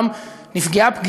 מטופלות באופן